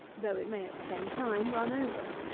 though it may, at the same time, run over.